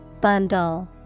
Bundle